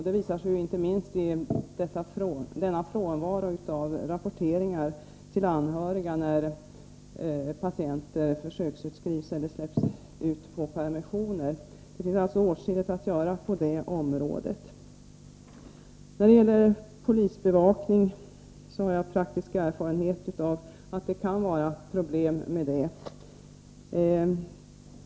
Det visar sig inte minst i frånvaron av rapportering till anhöriga när patienter försöksutskrivs eller släpps ut på permission. Det finns alltså åtskilligt att göra på det området. När det gäller polisbevakning vill jag säga att jag har praktisk erfarenhet av att det kan vara problem med det.